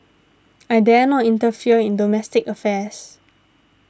I dare not interfere in domestic affairs